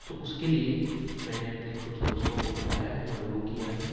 تو اس کے لیے میں نے اپنے کچھ دوستوں کو بلایا ہے مدعو کیا ہے